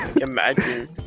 imagine